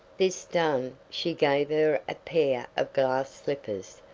this done, she gave her a pair of glass slippers,